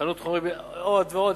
חנות חומרי בניין ועוד ועוד,